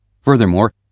Furthermore